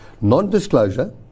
non-disclosure